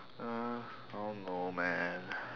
uh I don't know man